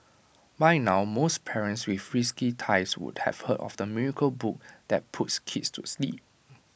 by now most parents with frisky tykes would have heard of the miracle book that puts kids to sleep